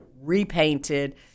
repainted